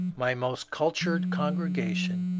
my most cultured congregation,